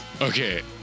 Okay